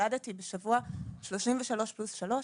ילדתי בשבוע 33 פלוס 3,